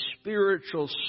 spiritual